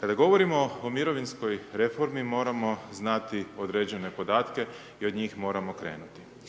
Kada govorimo o mirovinskoj reformi moramo znati određene podatke i od njih moramo krenuti.